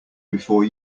before